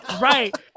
right